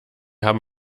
haben